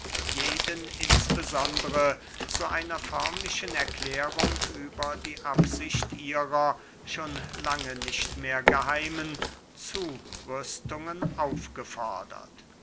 jeden insbesondere zu einer förmlichen erklärung über die absicht ihrer schon lange nicht mehr geheimen zurüstungen aufgefordert